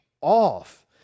off